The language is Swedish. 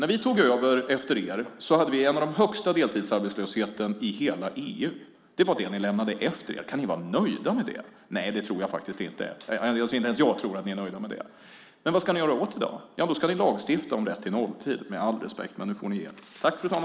När vi tog över efter er var Sverige bland dem som hade högsta deltidsarbetslöshet i hela EU. Det var det ni lämnade efter. Kan ni vara nöjda med det? Inte ens jag tror att ni är nöjda med det. Vad ska ni göra åt det i dag? Ja, ni ska lagstifta om rätt till nolltid. Med all respekt, men nu får ni ge er.